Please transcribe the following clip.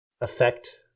affect